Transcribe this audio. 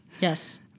Yes